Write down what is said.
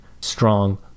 strong